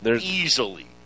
easily